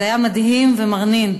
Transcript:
זה היה מדהים ומרנין.